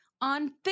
on